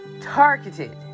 targeted